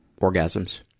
orgasms